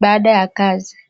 baada ya kazi.